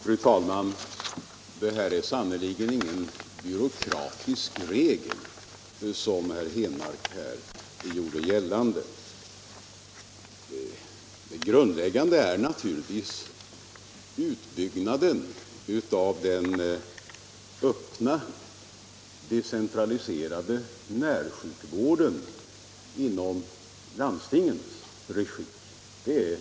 Fru talman! Det här är sannerligen ingen byråkratisk regel, som herr Henmark gjorde gällande. Det grundläggande är naturligtvis utbyggnaden av den öppna decentraliserade närsjukvården inom landstingens regi.